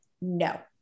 No